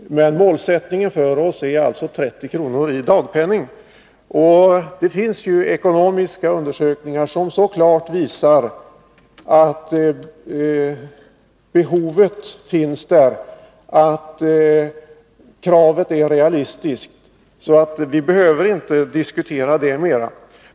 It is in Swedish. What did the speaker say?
Men målsättningen för oss är alltså 30 kr. i dagpenning. Det finns ekonomiska undersökningar som klart visar att behovet finns där, att kravet är realistiskt. Vi behöver inte diskutera det mera.